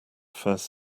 first